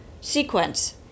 sequence